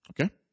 Okay